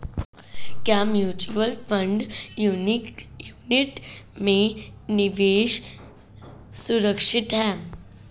क्या mutual fund unit में निवेश सुरक्षित है?